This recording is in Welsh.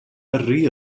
yrru